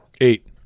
Eight